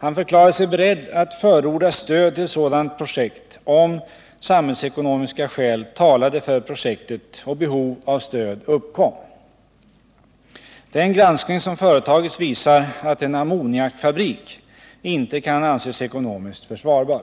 Han förklarade sig beredd att förorda stöd till sådant projekt, om samhällsekonomiska skäl talade för projektet och behov av stöd uppkom. Den granskning som företagits visar att en ammoniakfabrik inte kan anses ekonomiskt försvarbar.